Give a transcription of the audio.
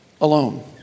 alone